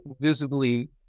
visibly